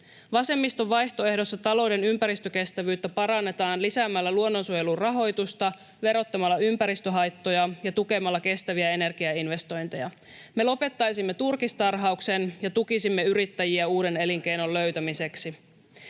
Vasemmiston vaihtoehdossa talouden ympäristökestävyyttä parannetaan lisäämällä luonnonsuojelun rahoitusta, verottamalla ympäristöhaittoja ja tukemalla kestäviä energiainvestointeja. Me lopettaisimme turkistarhauksen ja tukisimme yrittäjiä uuden elinkeinon löytämiseksi.